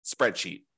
spreadsheet